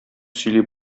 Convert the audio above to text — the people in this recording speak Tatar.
сөйли